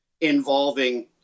involving